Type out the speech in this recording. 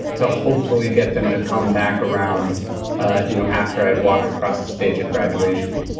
to hopefully get them to come back around ah you know after i had walked across the stage at graduation?